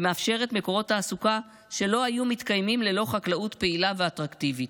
ומאפשרת מקורות תעסוקה שלא היו מתקיימים ללא חקלאות פעילה ואטרקטיבית.